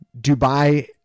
Dubai